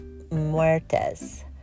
Muertes